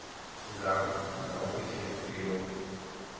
गाँव गाँव के क्षेत्र के लोग